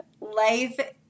Life